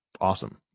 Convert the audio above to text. Awesome